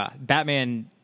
Batman